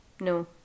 No